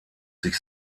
sich